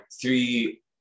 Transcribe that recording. three